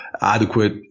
adequate